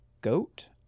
Goat